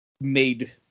made